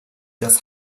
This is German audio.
das